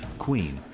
queen,